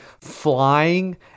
flying